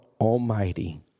Almighty